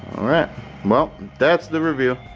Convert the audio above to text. all right, well, that's the review.